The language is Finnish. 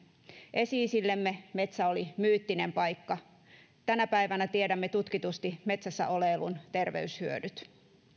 esi isillemme metsä oli myyttinen paikka tänä päivänä tiedämme tutkitusti metsässä oleilun terveyshyödyt